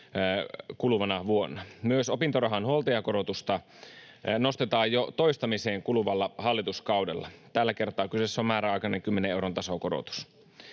kuluvana vuonna. Myös opintorahan huoltajakorotusta nostetaan jo toistamiseen kuluvalla hallituskaudella. Tällä kertaa kyseessä on määräaikainen kymmenen euron tasokorotus.